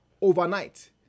overnight